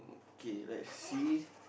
okay let us see